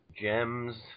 gems